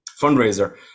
fundraiser